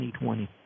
2020